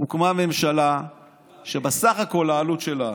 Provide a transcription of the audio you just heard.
הוקמה ממשלה שבסך הכול העלות שלה